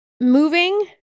Moving